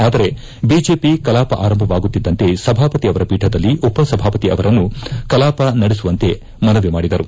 ಆದರೆ ಬಿಜೆಪಿ ಕಲಾಪ ಆರಂಭವಾಗುತ್ತಿದ್ದಂತೆ ಸಭಾಪತಿ ಅವರ ಪೀಠದಲ್ಲಿ ಉಪಸಭಾಪತಿ ಅವರನ್ನು ಕಲಾಪ ನಡೆಸುವಂತೆ ಮನವಿ ಮಾಡಿದ್ದರು